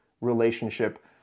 relationship